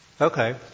Okay